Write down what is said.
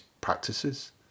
practices